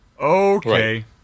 Okay